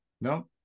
No